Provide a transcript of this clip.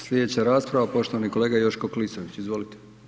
Sljedeća rasprava, poštovani kolega Joško Klisović, izvolite.